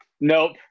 Nope